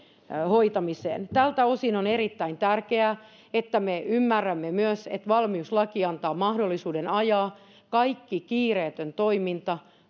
hoitamiseen tältä osin on erittäin tärkeää että me ymmärrämme myös että valmiuslaki antaa mahdollisuuden ajaa kaikki kiireetön toiminta